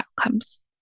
outcomes